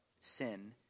sin